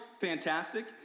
fantastic